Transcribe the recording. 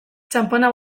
txanpona